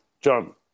John